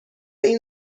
این